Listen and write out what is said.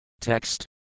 Text